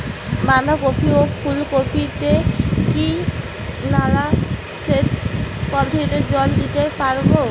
বাধা কপি ও ফুল কপি তে কি নালা সেচ পদ্ধতিতে জল দিতে পারবো?